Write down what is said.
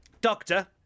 doctor